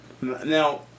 Now